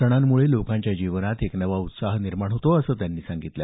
सणांमुळे लोकांच्या जीवनात एक नवा उत्साह निर्माण होतो असं त्यांनी सांगितलं